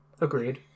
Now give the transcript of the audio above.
agreed